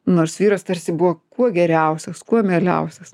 nors vyras tarsi buvo kuo geriausias kuo mieliausias